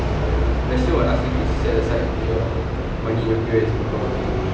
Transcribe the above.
benson will ask you to set aside your money your P_S_B probably